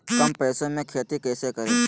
कम पैसों में खेती कैसे करें?